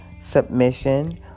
Submission